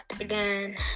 again